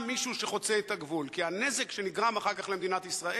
האם יש מישהו שרוצה ונמצא באולם?